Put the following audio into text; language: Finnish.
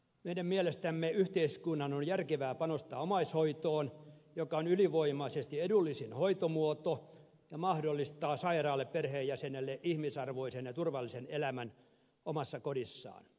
meidän mielestämme yhteiskunnan on järkevää panostaa omaishoitoon joka on ylivoimaisesti edullisin hoitomuoto ja mahdollistaa sairaalle perheenjäsenelle ihmisarvoisen ja turvallisen elämän omassa kodissaan